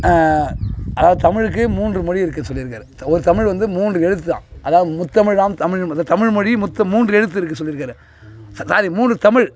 அதாவது தமிழுக்கு மூன்று மொழி இருக்குதுன்னு சொல்லிருக்காரு ஓர் தமிழ் வந்து மூன்று எழுத்து தான் அதாவது முத்தமிழாம் தமிழ் அதான் தமிழ் மொழி மொத்தம் மூன்று எழுத்து இருக்குது சொல்லிருக்காரு சாரி மூணு தமிழ்